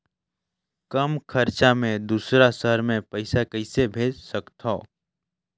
कम खरचा मे दुसर शहर मे पईसा कइसे भेज सकथव?